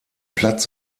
platz